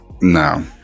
No